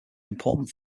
important